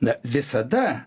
na visada